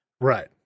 Right